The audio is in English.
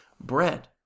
bread